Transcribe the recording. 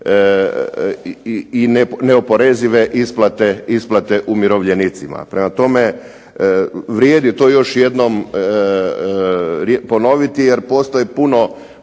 i neoporezive isplate umirovljenicima. Prema tome, vrijedi to još jednom ponoviti jer postoji puno